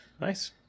Nice